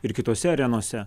ir kitose arenose